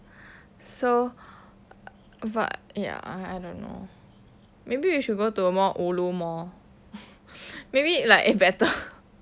so but ya I don't know maybe we should go to a more ulu mall maybe like eh better